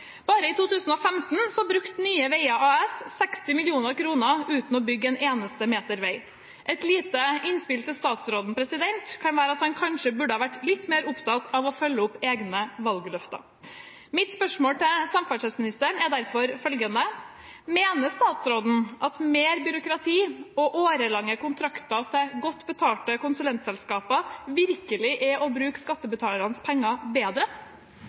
Bare i 2015 brukte Nye Veier AS 60 mill. kr uten å bygge en eneste meter vei. Et lite innspill til statsråden kan være at han kanskje burde ha vært litt mer opptatt av å følge opp egne valgløfter. Mitt spørsmål til samferdselsministeren er derfor følgende: Mener statsråden at mer byråkrati og årelange kontrakter til godt betalte konsulentselskaper virkelig er å bruke skattebetalernes penger bedre?